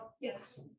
Yes